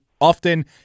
often